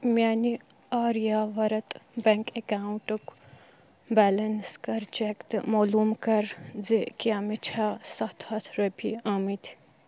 میانہِ آریا ورٛت بیٚنٛک اٮ۪کاوُنٹُک بیلنس کَر چیٚک تہٕ مولوٗم کَر زِ کیٛاہ مےٚ چھا سَتھ ہَتھ رۄپیہِ آمٕتۍ